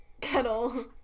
Kettle